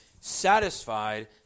satisfied